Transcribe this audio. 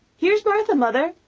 here's martha, mother!